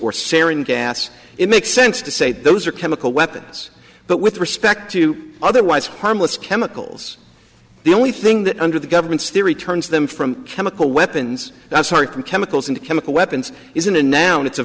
or sarin gas it makes sense to say those are chemical weapons but with respect to otherwise harmless chemicals the only thing that under the government's theory turns them from chemical weapons that's far from chemicals and chemical weapons isn't a noun it's a